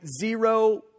zero